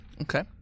Okay